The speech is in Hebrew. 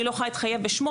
אני לא יכולה להתחייב בשמו,